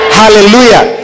hallelujah